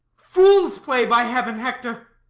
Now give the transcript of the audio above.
fool's play, by heaven, hector.